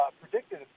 predicted